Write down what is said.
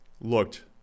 looked